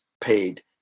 paid